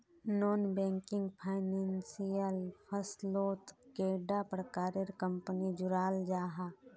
Non banking financial फसलोत कैडा प्रकारेर कंपनी जुराल जाहा?